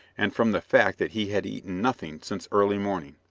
and from the fact that he had eaten nothing since early morning.